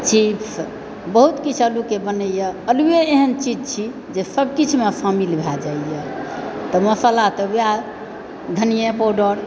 chips बहुत किछु आलूके बनैए आलुए एहन चीज छी जे सब किछुमे शामिल भए जाइ यऽ तऽ मसल्ला तऽ वएह धनिआँ पाउडर